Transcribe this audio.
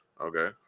Okay